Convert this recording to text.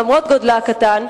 למרות גודלה הקטן,